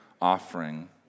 offering